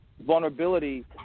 vulnerability